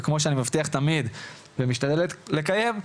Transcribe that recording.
וכמו שאני מבטיח תמיד ומשתדל לקיים,